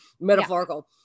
metaphorical